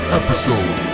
episode